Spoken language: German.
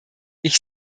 ich